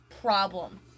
problem